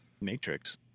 Matrix